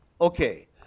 okay